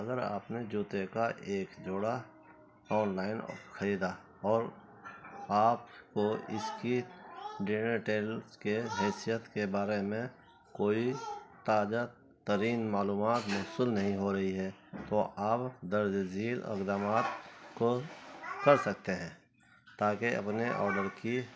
اگر آپ نے جوتے کا ایک جوڑا آن لائن خریدا اور آپ کو اس کی ڈنرٹیل کے حیثیت کے بارے میں کوئی تاجہ ترین معلومات مفصل نہیں ہو رہی ہے تو آپ درج ذیل اقدامات کو کر سکتے ہیں تاکہ اپنے آڈر کی